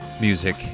music